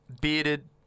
bearded